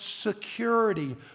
security